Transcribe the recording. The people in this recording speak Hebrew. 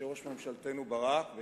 כאשר ראש ממשלתנו ברק,